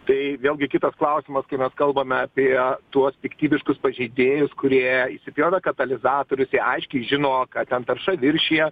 tai vėlgi kitas klausimas kai mes kalbame apie tuos piktybiškus pažeidėjus kurie išsipjovė katalizatorius jie aiškiai žino kad ten tarša viršija